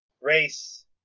race